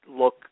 look